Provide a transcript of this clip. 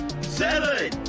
seven